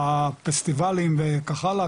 בפסטיבלים וכך הלאה,